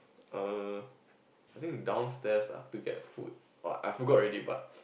err I think downstairs ah to get food I forgot already but